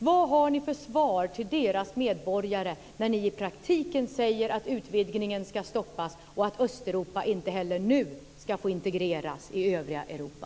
Vad har ni för svar till deras medborgare när ni i praktiken säger att utvidgningen ska stoppas och att Östeuropa inte heller nu ska få integreras i det övriga Europa?